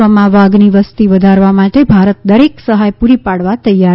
વિશ્વમાં વાઘની વસ્તી વધારવા માટે ભારત દરેક સહાય પૂરી પાડવા તૈયાર છે